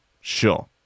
Sure